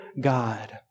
God